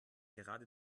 gerade